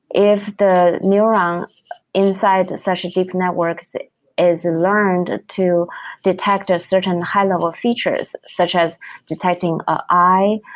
if the neurons inside such a deep networks is learned to detect a certain high-level features, such as detecting ah eye,